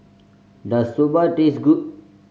does Soba taste good